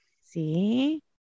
See